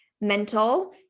mental